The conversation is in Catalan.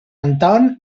anton